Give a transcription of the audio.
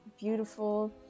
beautiful